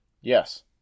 Yes